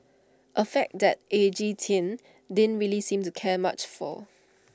A fact that edgy teen didn't really seem to care much for